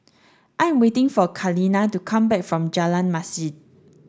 I am waiting for Kaleena to come back from Jalan Masjid